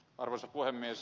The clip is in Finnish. arvoisa puhemies